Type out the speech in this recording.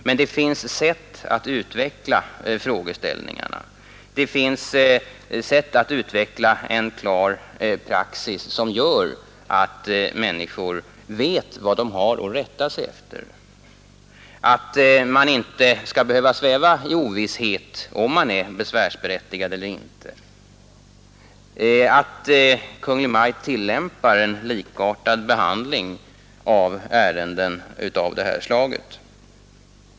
Men det finns sätt att utveckla en klar praxis som gör att människor vet vad de har att rätta sig efter — att man inte skall behöva sväva i ovisshet om man är besvärsberättigade eller inte, att Kungl. Maj:t tillämpar en likartad behandling av ärenden av det här slaget.